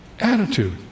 attitude